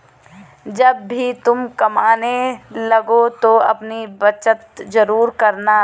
जब भी तुम कमाने लगो तो अपनी बचत जरूर करना